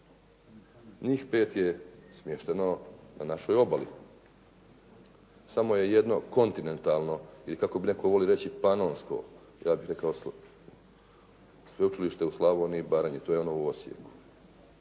njih 5 je smješteno na našoj obali. Samo je jedno kontinentalno, ili kako bi netko volio reći Panonskoj, ja bih rekao sveučilište u Slavoniji i Baranji, to je ono u Osijeku.